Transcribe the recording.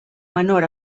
menor